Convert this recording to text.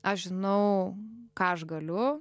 aš žinau ką aš galiu